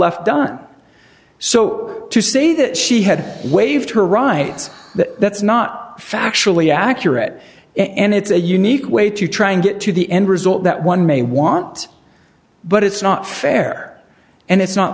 left done so to say that she had waived her rights that that's not factually accurate and it's a unique way to try and get to the end result that one may want but it's not fair and it's not